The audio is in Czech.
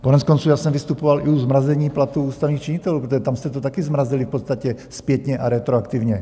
Koneckonců já jsem vystupoval i u zmrazení platů ústavních činitelů, protože tam jste to taky zmrazili v podstatě zpětně a retroaktivně.